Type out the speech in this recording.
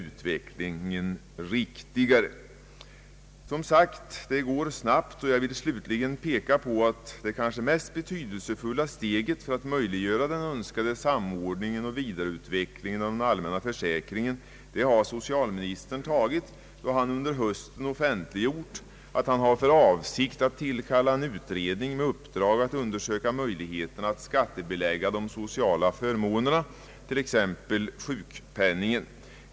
Utvecklingen går som sagt snabbt, och jag vill slutligen peka på att det kanske mest betydelsefulla steget för att möjliggöra den önskade samordningen och vidareutvecklingen av den allmänna försäkringen har socialministern tagit, då han under hösten offentliggjort att han har för avsikt att tillkalla en utredning med uppdrag att undersöka möjligheterna att skattebelägga de sociala förmånerna, t.ex. sjukpenningen.